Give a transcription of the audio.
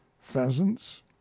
pheasants